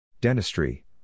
Dentistry